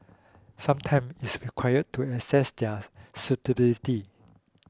some time is required to assess their suitability